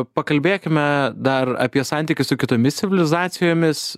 pakalbėkime dar apie santykį su kitomis civilizacijomis